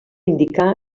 indicar